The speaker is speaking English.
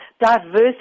diversity